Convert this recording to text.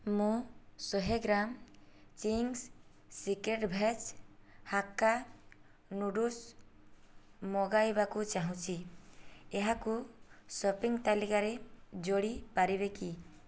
ମୁଁ ଶହେ gram Ching's secret veg hakka noodles ମଗାଇବାକୁ ଚାହୁଁଛି ଏହାକୁ ସପିଂ ତାଲିକାରେ ଯୋଡ଼ି ପାରିବେକି